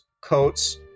coats